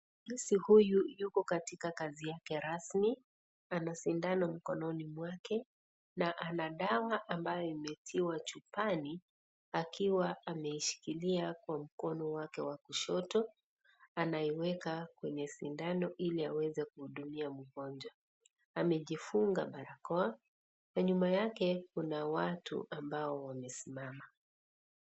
Muuguzi huyu yuko katika kazi yake rasmi, ana sindano mkononi mwake na ana dawa ambayo imetiwa chupani akiwa ameishikilia kwa mkono wake wa kushoto , anaiweka kwenye sindano hili aweze kuhudumia mgonjwa , amejifunga barakoa na nyuma yake kuna watu ambao wamesimama.